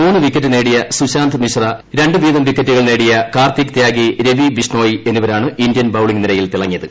മൂന്ന് വിക്കറ്റ് നേടിയ സുശാന്ത് മിശ്ര രണ്ട് വീതം വിക്കറ്റുകൾ നേടിയ കാർത്തിക് തൃാഗി രവി ബിഷ്ണോയ് എന്നിവരാണ് ഇന്ത്യൻ ബൌളിംഗ് നിരയിൽ തിളങ്ങിയത്